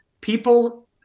People